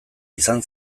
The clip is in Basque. izan